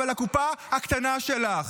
אבל הקופה הקטנה שלך.